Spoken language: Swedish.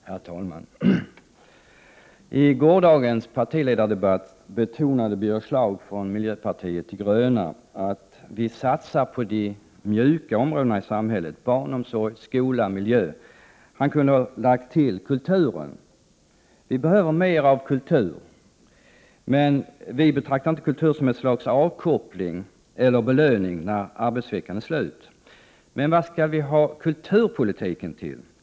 Herr talman! I gårdagens partiledardebatt betonade Birger Schlaug att miljöpartiet de gröna satsar på de mjuka områdena i samhället — barnomsorg, skola, miljö. Han kunde ha lagt till: kulturen. Vi behöver mer av kultur, men vi betraktar inte kultur som ett slags avkoppling eller belöning när arbetsveckan är slut. Men vad skall vi ha kulturpolitiken till?